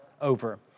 over